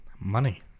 Money